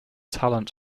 talent